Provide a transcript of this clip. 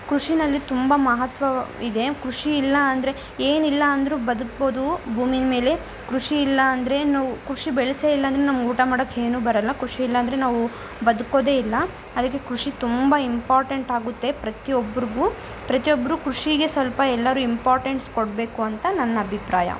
ಕೃಷಿಯಲ್ಲಿ ತುಂಬ ಮಹತ್ವ ಇದೆ ಕೃಷಿ ಇಲ್ಲ ಅಂದರೆ ಏನಿಲ್ಲ ಅಂದರೂ ಬದುಕ್ಬೋದು ಭೂಮಿ ಮೇಲೆ ಕೃಷಿ ಇಲ್ಲ ಅಂದರೆ ನಾವು ಕೃಷಿ ಬೆಳೆಸೇ ಇಲ್ಲಾಂದರೆ ನಮ್ಗೆ ಊಟ ಮಾಡಕ್ಕೆ ಏನೂ ಬರಲ್ಲ ಕೃಷಿ ಇಲ್ಲಾಂದರೆ ನಾವು ಬದುಕೋದೇ ಇಲ್ಲ ಅದಕ್ಕೆ ಕೃಷಿ ತುಂಬ ಇಂಪಾರ್ಟೆಂಟ್ ಆಗುತ್ತೆ ಪ್ರತಿ ಒಬ್ರಿಗೂ ಪ್ರತಿ ಒಬ್ಬರೂ ಕೃಷಿಗೆ ಸ್ವಲ್ಪ ಎಲ್ಲರೂ ಇಂಪಾರ್ಟೆನ್ಸ್ ಕೊಡಬೇಕು ಅಂತ ನನ್ನ ಅಭಿಪ್ರಾಯ